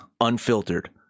unfiltered